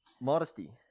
Modesty